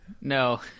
No